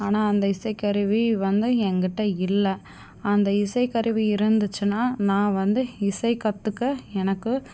ஆனால் அந்த இசை கருவி வந்து என்கிட்டே இல்லை அந்த இசை கருவி இருந்துச்சுன்னா நான் வந்து இசை கற்றுக்க எனக்கு